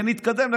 ונתקדם.